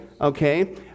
okay